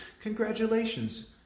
Congratulations